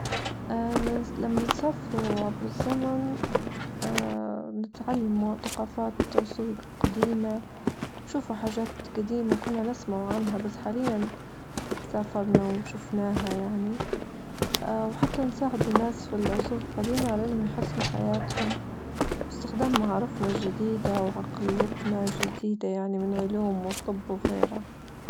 ا لما نسافروا عبر الزمن نتعلموا ثقافات عصور قديمة نشوفوا حاجات جديمة كنا نسمع عنها بس حاليا سافرنا وشفناها يعني وحتى نساعدوا الناس في العصور القديمة على أنهم يحسنوا حياتهم باستخدام معارفنا الجديدة وعقليتنا الجديدة يعني من علوم وطب وغيره.